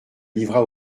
livra